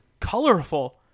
colorful